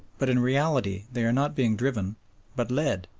but in reality they are not being driven but led,